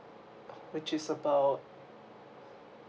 which is about